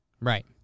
Right